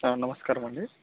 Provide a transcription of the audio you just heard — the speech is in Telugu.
నమస్కారమండి